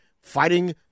fighting